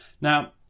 Now